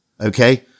Okay